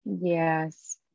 yes